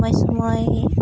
ᱥᱳᱢᱳᱭ ᱥᱳᱢᱳᱭ